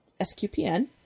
SQPN